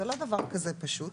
זה לא דבר כזה פשוט.